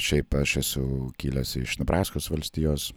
šiaip aš esu kilęs iš nebraskos valstijos